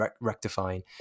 rectifying